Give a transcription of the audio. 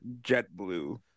JetBlue